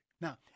Now